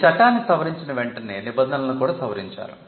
ఈ చట్టాన్ని సవరించిన వెంటనే నిబంధనలను కూడా సవరించారు